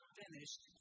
finished